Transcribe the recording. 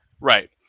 right